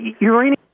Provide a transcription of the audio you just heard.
uranium